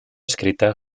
escrita